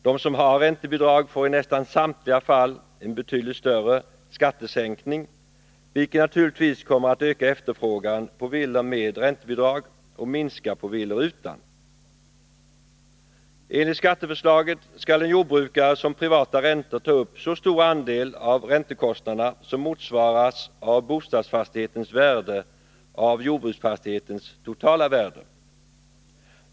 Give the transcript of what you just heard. De som har räntebidrag får i nästan samtliga fall en betydligt större skattesänkning, vilket naturligtvis kommer att öka efterfrågan på villor med räntebidrag och minska efterfrågan på villor utan räntebidrag. Enligt skatteförslaget skall en jordbrukare som privata räntor ta upp så stor andel av räntekostnaderna som motsvaras av bostadsfastighetens värde av jordbruksfastighetens totala värde.